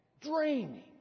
draining